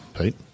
Pete